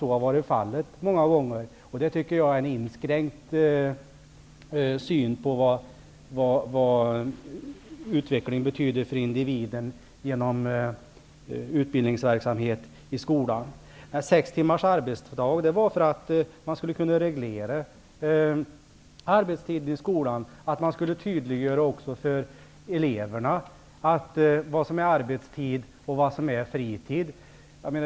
Vi har sett att detta många gånger har varit fallet, och det är uttryck för en inskränkt syn på skolutbildningens betydelse för individens utveckling. Kravet på sex timmars arbetsdag har ställts för att arbetstiden i skolan skall kunna regleras. Man skulle härigenom tydliggöra också för eleverna vad som är arbetstid och vad som är fritid.